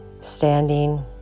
standing